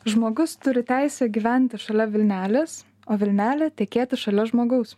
žmogus turi teisę gyventi šalia vilnelės o vilnelė tekėti šalia žmogaus